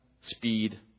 speed